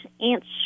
answer